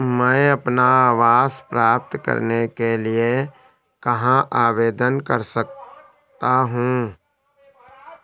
मैं अपना आवास प्राप्त करने के लिए कहाँ आवेदन कर सकता हूँ?